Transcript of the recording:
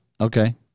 Okay